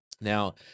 Now